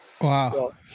Wow